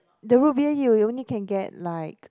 the Root beer you you only can get like